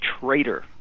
traitor